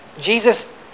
Jesus